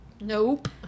nope